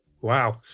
Wow